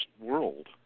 world